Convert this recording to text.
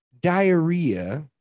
diarrhea